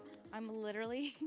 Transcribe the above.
i'm literally.